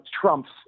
trumps